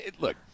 look